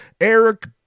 Eric